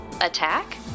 Attack